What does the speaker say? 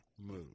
move